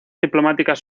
diplomáticas